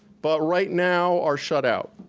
but right now are shut out,